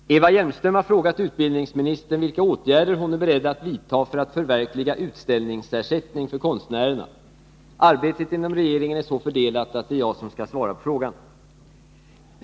Herr talman! Eva Hjelmström har frågat utbildningsministern vilka åtgärder hon är beredd att vidta för att förverkliga utställningsersättning för konstnärerna. Arbetet inom regeringen är så fördelat att det är jag som skall svara på frågan.